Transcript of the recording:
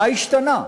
מה השתנה?